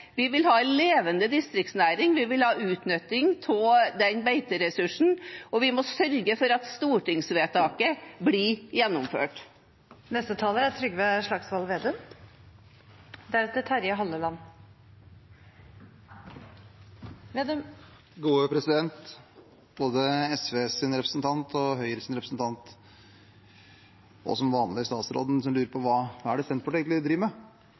Vi vil ha en levende distriktsnæring. Vi vil ha utnyttelse av den beiteressursen. Vi må sørge for at stortingsvedtaket blir gjennomført. Både SVs representant og Høyres representant, og som vanlig statsråden, lurer på: Hva er det Senterpartiet egentlig driver med?